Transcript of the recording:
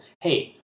hey